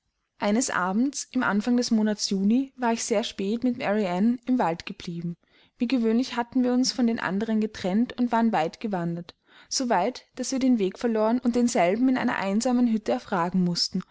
eines abends im anfang des monats juni war ich sehr spät mit mary ann im walde geblieben wie gewöhnlich hatten wir uns von den anderen getrennt und waren weit gewandert so weit daß wir den weg verloren und denselben in einer einsamen hütte erfragen mußten